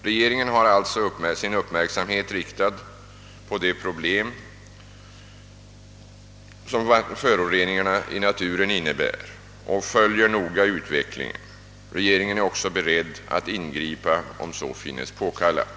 Regeringen har alltså sin uppmärksamhet riktad på det problem som föroreningarna i naturen innebär och följer noga utvecklingen. Regeringen är också beredd att ingripa om så befinnes påkallat.